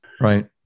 Right